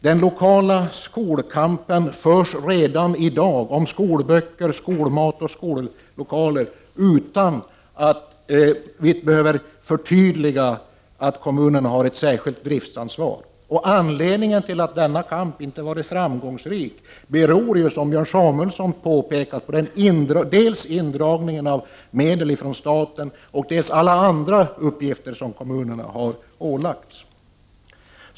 Den lokala skolkampen förs redan i dag om skolböcker, skolmat och skollokaler utan att kommunens särskilda driftsansvar behöver förtydligas. Att denna kamp inte har varit framgångsrik beror, som Björn Samuelson påpekade, dels på indragning av medel från staten, dels på alla andra uppgifter som kommunerna har ålagts.